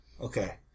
Okay